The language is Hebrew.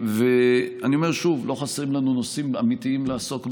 אני אומר שוב: לא חסרים לנו נושאים אמיתיים לעסוק בהם.